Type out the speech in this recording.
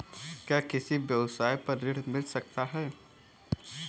क्या किसी व्यवसाय पर ऋण मिल सकता है?